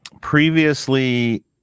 Previously